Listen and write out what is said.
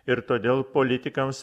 ir todėl politikams